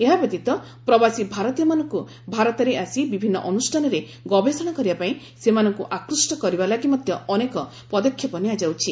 ଏହାବ୍ୟତୀତ ପ୍ରବାସୀ ଭାରତୀୟମାନଙ୍କୁ ଭାରତରେ ଆସି ବିଭିନ୍ନ ଅନୁଷ୍ଠାନରେ ଗବେଷଣା କରିବାପାଇଁ ସେମାନଙ୍କୁ ଆକୃଷ୍ଟ କରିବା ଲାଗି ମଧ୍ୟ ଅନେକ ପଦକ୍ଷେପ ନିଆଯାଉଛି